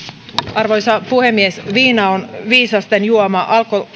arvoisa puhemies viina on viisasten juoma